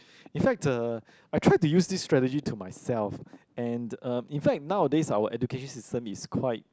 in fact uh I tried to use this strategy to myself and um in fact nowadays our education system is quite